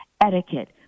etiquette